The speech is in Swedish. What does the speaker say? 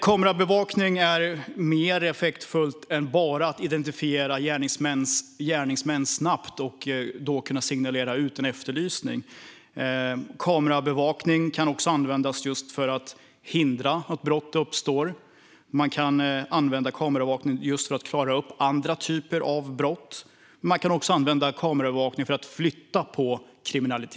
Kameraövervakning är mer effektfullt än att bara snabbt identifiera gärningsmän och kunna signalera ut en efterlysning. Den kan också användas för att förhindra att brott uppstår. Man kan använda kameraövervakning för att klara upp andra slags brott. Man kan också använda den för att flytta på kriminalitet.